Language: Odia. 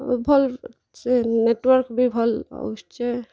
ଆଉ ଭଲ୍ ସେ ନେଟୱାର୍କ୍ ବି ଭଲ୍ ଆଉସଛେ